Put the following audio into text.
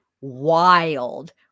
wild